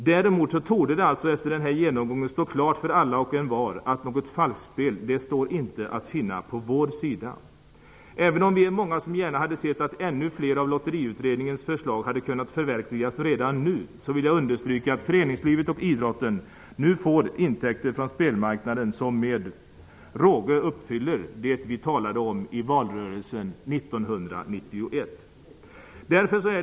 Däremot torde det efter denna genomgång stå klart för alla och envar att något falskspel inte står att finna från vår sida. Även om vi är många som gärna sett att ännu fler av Lotteriutredningens förslag hade kunnat förverkligas redan nu, vill jag understryka att föreningslivet och idrotten nu får intäkter från spelmarknaden som med råge uppfyller det som vi i valrörelsen 1991 talade om. Herr talman!